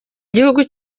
gihugu